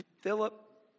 Philip